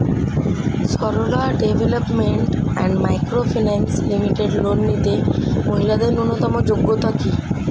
Sarala development and micro finance limited loan নিতে মহিলাদের ন্যূনতম যোগ্যতা কী?